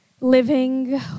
living